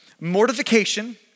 Mortification